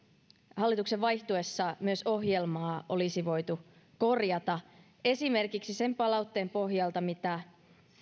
hallituksen vaihtuessa myös ohjelmaa olisi voitu korjata esimerkiksi sen palautteen pohjalta mitä